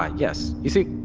ah yes. you see,